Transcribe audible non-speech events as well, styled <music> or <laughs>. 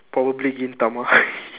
probably gintama <laughs>